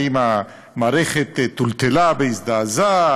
האם המערכת טולטלה והזדעזעה?